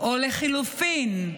או לחלופין,